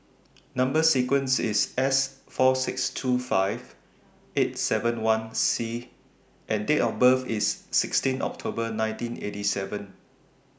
Number sequence IS S four six two five eight seven one C and Date of birth IS sixteen October nineteen eighty seven